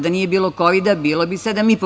Da nije bilo kovida, bilo bi 7,5%